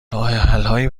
راهحلهایی